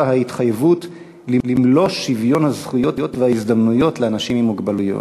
ההתחייבות למלוא שוויון הזכויות וההזדמנויות לאנשים עם מוגבלויות.